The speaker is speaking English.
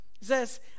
says